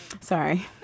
Sorry